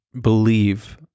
believe